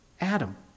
Adam